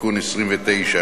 (תיקון מס' 29),